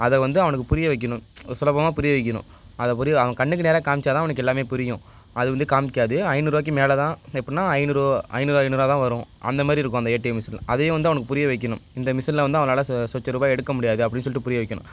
அதை வந்து அவனுக்கு புரிய வைக்கணும் சுலபமாக புரிய வைக்கணும் அதை புரிய அவன் கண்ணுக்கு நேராக காமிச்சால்தான் அவனுக்கு எல்லாமே புரியும் அது வந்து காமிக்காது ஐநூறுரூவாக்கி மேல் தான் எப்புடினா ஐநூறு ஐநூறு ஐநூறாகதான் வரும் அந்தமாதிரி இருக்கும் அந்த ஏடிஎம் மிஷினில் அதையும் வந்து அவனுக்கு புரிய வைக்கணும் இந்த மிஷினில் வந்து அவனால் சொ சொச்ச ரூபாய் எடுக்க முடியாது அப்படின்னு சொல்லிட்டு புரிய வைக்கணும்